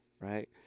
right